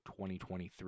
2023